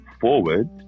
forward